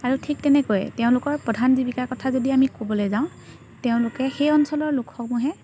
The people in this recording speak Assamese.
আৰু ঠিক তেনেকৈ তেওঁলোকৰ প্ৰধান জীৱিকাৰ কথা যদি আমি ক'বলৈ যাওঁ তেওঁলোকে সেই অঞ্চলৰ লোকসমূহে